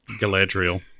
Galadriel